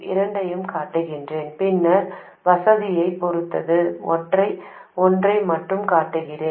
இரண்டையும் காட்டுகிறேன் பின்னர் வசதியைப் பொறுத்து ஒன்றை மட்டும் காட்டுகிறேன்